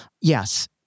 Yes